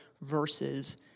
versus